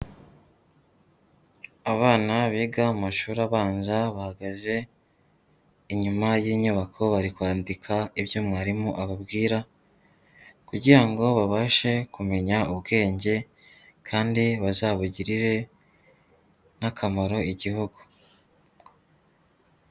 Abana biga mu mashuri abanza, bahagaze inyuma y'inyubako, bari kwandika ibyo mwarimu, ababwira kugira ngo babashe kumenya ubwenge kandi bazabugirire n'akamaro igihugu.